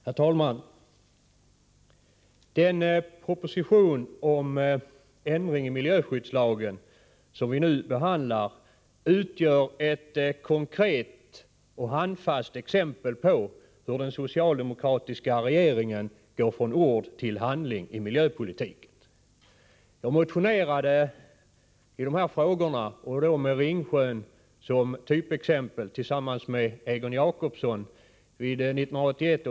Herr talman! Den proposition om ändring i miljöskyddslagen som vi nu behandlar utgör ett konkret och handfast exempel på hur den socialdemokratiska regeringen går från ord till handling i miljöpolitiken. Jag motionerade i dessa frågor, med Ringsjön som typexempel, tillsammans med Egon Jacobsson vid 1981/82 års riksdag.